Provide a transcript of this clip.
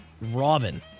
Robin